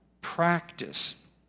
practice